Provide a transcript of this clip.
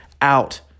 out